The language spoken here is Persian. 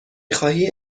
خواهی